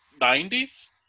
90s